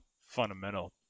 fundamental